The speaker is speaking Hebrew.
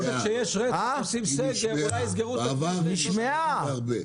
בעבר היא נשמעה והרבה.